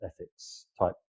ethics-type